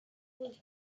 was